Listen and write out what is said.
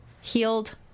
healed